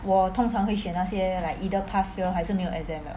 我通常会选那些 like either pass fail 还是没有 exam 的